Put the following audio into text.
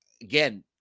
Again